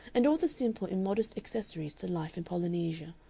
and all the simple immodest accessories to life in polynesia,